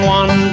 one